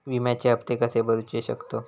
विम्याचे हप्ते कसे भरूचो शकतो?